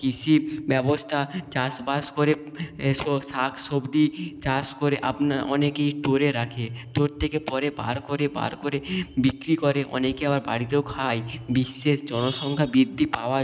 কৃষি ব্যবস্থা চাষবাস করে শাক সবজি চাষ করে আপনারা অনেকেই করে রাখে তো ওর থেকে পরে বার করে বার করে বিক্রি করে অনেক আবার বাড়িতেও খায় বিশ্বের জনসংখ্যা বৃদ্ধি পাওয়ার